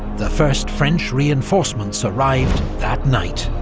the first french reinforcements arrived that night.